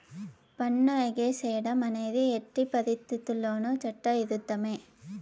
పన్ను ఎగేసేడం అనేది ఎట్టి పరిత్తితుల్లోనూ చట్ట ఇరుద్ధమే